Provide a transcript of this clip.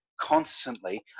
constantly